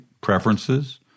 preferences